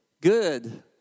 good